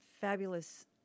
fabulous